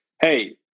hey